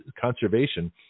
conservation